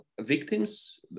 victims